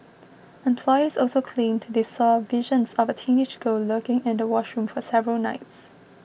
employees also claimed they saw visions of a teenage girl lurking in the washroom for several nights